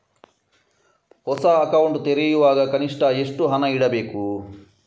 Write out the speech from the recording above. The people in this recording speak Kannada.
ಹೊಸ ಅಕೌಂಟ್ ತೆರೆಯುವಾಗ ಕನಿಷ್ಠ ಎಷ್ಟು ಹಣ ಇಡಬೇಕು?